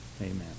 Amen